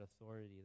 authority